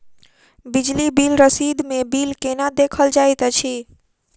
बिजली बिल रसीद मे बिल केना देखल जाइत अछि?